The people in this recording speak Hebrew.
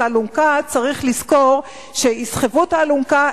האלונקה צריך לזכור שיסחבו את האלונקה,